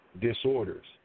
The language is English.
disorders